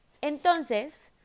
Entonces